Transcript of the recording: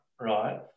right